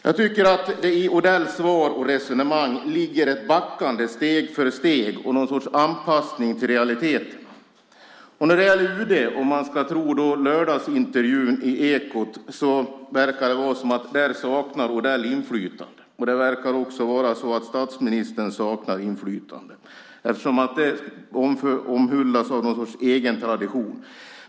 Jag tycker att det i Odells svar och resonemang ligger ett backande steg för steg och en sorts anpassning till realiteterna. Om man ska tro lördagsintervjun i radions Ekot verkar det som att Odell saknar inflytande på UD. Det verkar också vara så att statsministern saknar inflytande. Det omhuldas av något slags egen tradition.